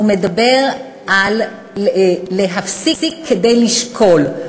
הוא מדבר על להפסיק כדי לשקול,